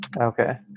Okay